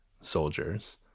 soldiers